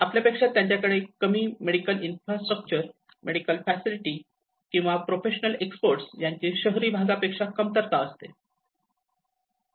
आपल्यापेक्षा त्यांच्याकडे कमी मेडिकल इन्फ्रास्ट्रक्चर मेडिकल फॅसिलिटी किंवा प्रोफेशनल एक्सपर्ट यांची शहरी भागापेक्षा कमतरता असते